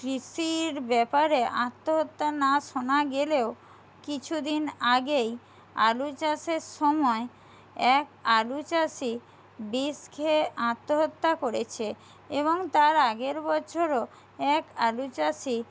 কৃষির ব্যাপারে আত্মহত্যা না শোনা গেলেও কিছুদিন আগেই আলু চাষের সময় এক আলু চাষি বিষ খেয়ে আত্মহত্যা করেছে এবং তার আগের বছরও এক আলু চাষি